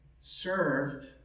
served